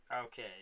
Okay